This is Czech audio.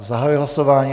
Zahajuji hlasování.